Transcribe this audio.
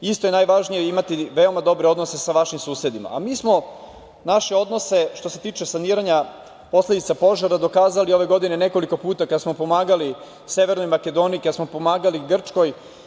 Isto je najvažnije imati dobre odnose sa vašim susedima, a mi smo naše odnose što se tiče saniranja posledica požara dokazali ove godine nekoliko puta kada smo pomagali Severnoj Makedoniji, kada smo pomagali Grčkoj.